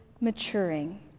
maturing